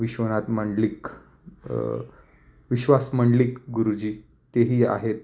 विश्वनाथ मंडलिक विश्वास मंडलिक गुरुजी तेही आहेत